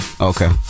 Okay